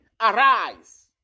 Arise